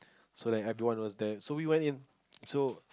so that everyone was there so we went in so